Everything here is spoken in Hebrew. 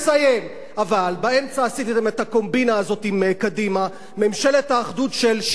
אבל באמצע עשיתם את הקומבינה הזאת עם קדימה: ממשלת האחדות של 60 וכמה?